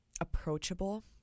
approachable